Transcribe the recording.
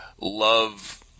love